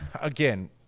again